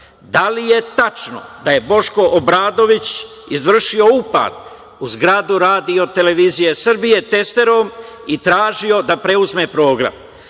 Da li je tačno da je Boško Obradović izvršio upad u zgradu RTS testerom i tražio da preuzme program?